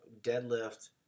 deadlift